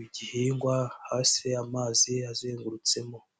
igihingwa hasi amazi azengurutsemo.